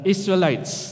Israelites